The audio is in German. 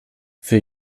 für